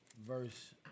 verse